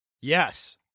Yes